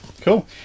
Cool